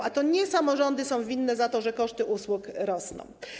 A to nie samorządy są winne temu, że koszty usług rosną.